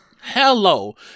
Hello